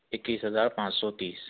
اکیس ہزار پانچ سو تیس